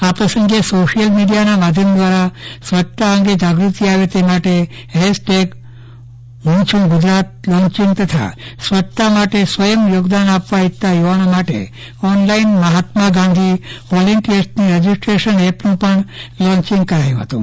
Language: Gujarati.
આ પ્રસંગે સોશિયલ મીડિયાના માધ્યમ દ્વારા સ્વચ્છતા અંગે જાગ્રતિ આવે તે માટે હેઝટેગ હુ છુ ગુજરાત લોન્ચિંગ તથા સ્વચ્છતા માટે સ્વયં યોગદાન આપવા ઈચ્છતા યુવાનો માટે ઓનલાઈન મહાત્મા ગાંધી વોલિન્ટીયર્સની રજિસ્ટ્રેશન એપનું પણ લોન્ચિંગ કરાયું હતું